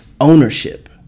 ownership